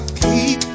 keep